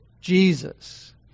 Jesus